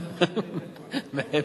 מהאמצע.